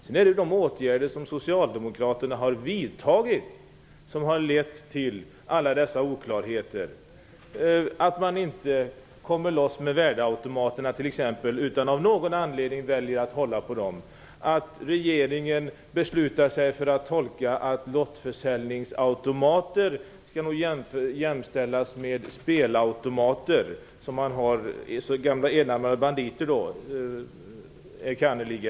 Sedan är det de åtgärder som Socialdemokraterna har vidtagit som har lett till alla dessa oklarheter. Man vill inte alls ta upp värdeautomaterna, utan av någon anledning väljer man att hålla på den frågan. Regeringen beslutar sig för att tolka det så att lottförsäljningsautomater jämställs med spelautomater - enkannerligen gamla enarmade banditer.